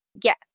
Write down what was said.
yes